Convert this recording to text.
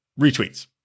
retweets